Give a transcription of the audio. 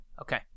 Okay